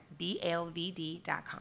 BLVD.com